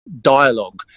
dialogue